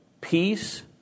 peace